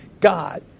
God